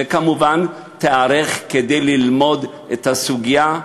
וכמובן תיערך כדי ללמוד את הסוגיה.